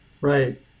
Right